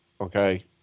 okay